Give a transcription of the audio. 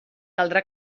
caldrà